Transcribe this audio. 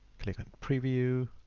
click on preview,